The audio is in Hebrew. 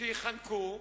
שייחנקו.